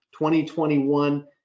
2021